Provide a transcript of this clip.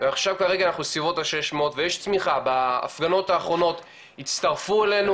ועכשיו אנחנו בסביבות ה-600 ויש צמיחה בהפגנות האחרונות הצטרפו אלינו,